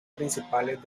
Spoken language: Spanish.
principales